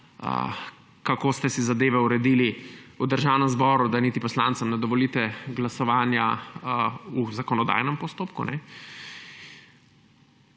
kako ste si zadeve uredili v Državnem zboru, da niti poslancem ne dovolite glasovanja v zakonodajnem postopku.